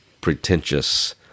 pretentious